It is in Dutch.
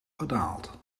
gedaald